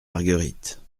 marguerite